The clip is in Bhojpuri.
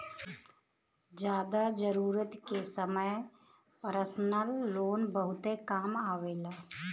जादा जरूरत के समय परसनल लोन बहुते काम आवेला